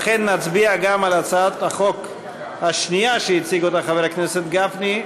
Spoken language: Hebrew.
לכן נצביע גם על הצעת החוק השנייה שהציג חבר הכנסת גפני,